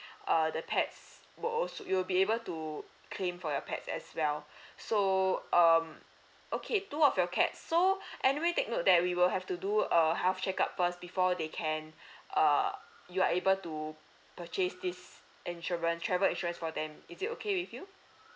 uh the pets will also you will be able to claim for your pets as well so um okay two of your cats so anyway take note that we will have to do err health checkup first before they can err you are able to purchase this insurance travel insurance for them is it okay with you